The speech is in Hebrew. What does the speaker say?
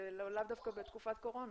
זה לאו דווקא בתקופת קורונה,